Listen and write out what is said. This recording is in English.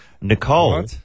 Nicole